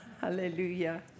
Hallelujah